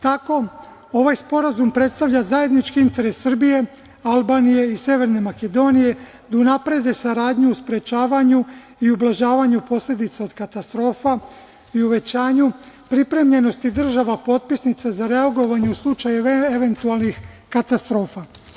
Tako ovaj Sporazum predstavlja zajednički interes Srbije, Albanije i Severne Makedonije, da unaprede saradnju u sprečavanju i ublažavanju posledica od katastrofa i uvećanju pripremljenosti država potpisnica za reagovanje u slučaju eventualnih katastrofa.